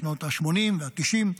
בשנות השמונים והתשעים,